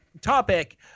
topic